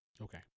Okay